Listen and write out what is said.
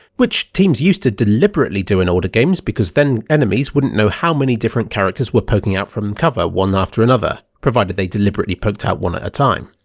which teams used to deliberately do in older games because then enemies wouldn't know how many different characters were poking out from cover one after another, provided they deliberately poked out one at a time.